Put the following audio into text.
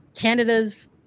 Canada's